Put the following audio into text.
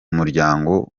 muryango